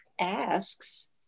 asks